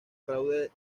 fraude